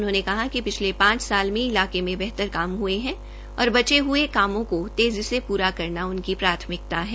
उन्होंने कहा कि पिछले पांच साल में इलाके मे बेहतर काम हये है और बचे हये कामों को तेज़ी से पूरा करना उनकी प्राथमिता है